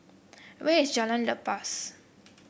where is Jalan Lepas